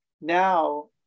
now